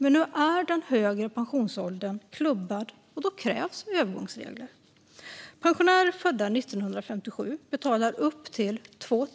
Men nu är den högre pensionsåldern klubbad, och då krävs det övergångsregler. Pensionärer födda 1957 betalar upp till 2